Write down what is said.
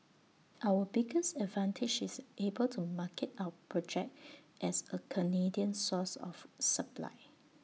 our biggest advantage is able to market our project as A Canadian source of supply